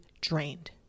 drained